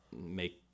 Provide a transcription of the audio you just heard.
make